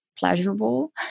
pleasurable